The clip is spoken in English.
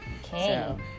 okay